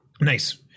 Nice